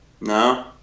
No